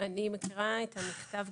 אני מכירה את המכתב,